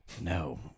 No